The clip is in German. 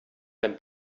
beim